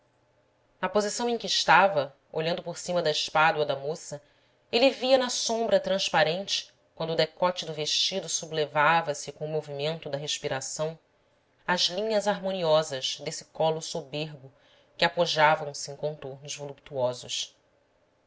na posição em que estava olhando por cima da espádua da moça ele via na sombra transparente quando o decote do vestido sublevava se com o movimento da respiração as linhas harmoniosas desse colo soberbo que apojavam se em contornos voluptuosos